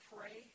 pray